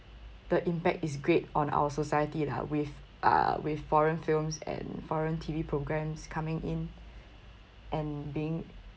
the impact is great on our society lah with uh with foreign films and foreign T_V programs coming in and being